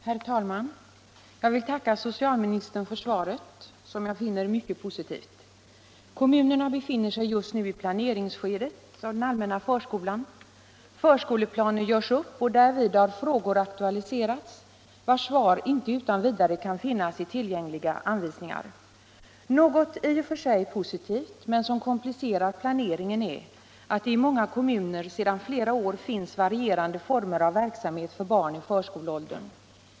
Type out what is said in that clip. Herr talman! Jag vill tacka socialministern för svaret på min fråga, som jag finner mycket positivt. Kommunerna befinner sig just nu i den allmänna förskolans planeringsskede. Förskoleplaner görs upp, och därvid har frågor aktualiserats vars svar inte utan vidare kan finnas i tillgängliga anvisningar. Något i och för sig positivt, som emellertid komplicerar planeringen, är att det i många kommuner sedan flera år finns varierande former av verksamhet för barn i förskoleåldern.